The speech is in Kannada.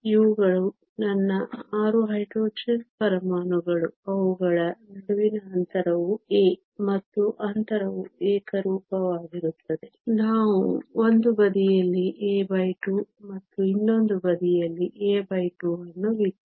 ಇವುಗಳು ನನ್ನ 6 ಹೈಡ್ರೋಜನ್ ಪರಮಾಣುಗಳು ಅವುಗಳ ನಡುವಿನ ಅಂತರವು a ಮತ್ತು ಅಂತರವು ಏಕರೂಪವಾಗಿರುತ್ತದೆ ನಾವು ಒಂದು ಬದಿಯಲ್ಲಿ a2 ಮತ್ತು ಇನ್ನೊಂದು ಬದಿಯಲ್ಲಿ a2 ಅನ್ನು ವಿಸ್ತರಿಸುತ್ತೇವೆ